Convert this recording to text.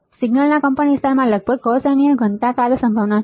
સિગ્નલના કંપનવિસ્તારમાં લગભગ ગૌસીયન ઘનતા કાર્ય સંભાવના છે